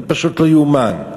זה פשוט לא יאומן.